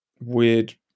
weird